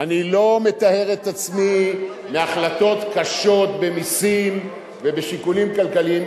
אני לא מטהר את עצמי מהחלטות קשות במסים ובשיקולים כלכליים,